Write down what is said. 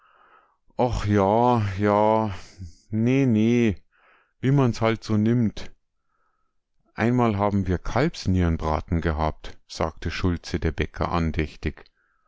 och ja ja nee nee wie man's halt so nimmt einmal haben wir kalbsnierenbraten gehabt sagte schulze der bäcker andächtig